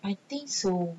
I think so